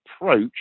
approach